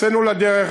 הוצאנו לדרך,